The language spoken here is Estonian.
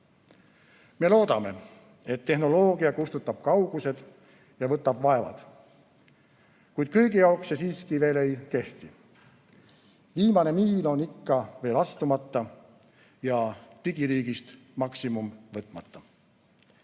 Me loodame, et tehnoloogia kustutab kaugused ja võtab vaevad, kuid kõigi jaoks see siiski veel ei kehti. Viimane miil on ikka veel astumata ja digiriigist maksimum võtmata.